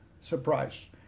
surprise